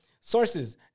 Sources